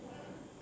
mm